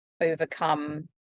overcome